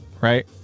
right